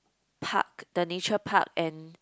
park the nature park and